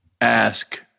ask